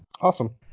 Awesome